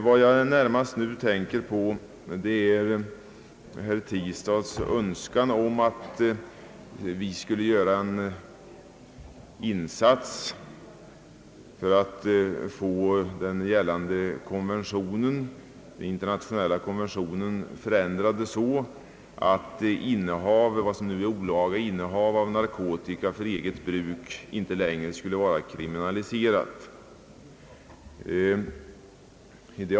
Vad jag närmast tänker på är herr Tistads önskan att vi skulle göra en insats för att få den gällande internationella konventionen ändrad så att vad som nu är olaga innehav av narkotika för eget bruk inte längre skulle vara kriminaliserat.